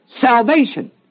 salvation